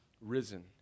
risen